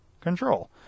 Control